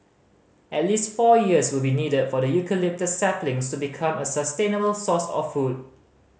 at least four years will be needed for the eucalyptus saplings to become a sustainable source of food